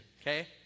okay